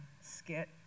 skit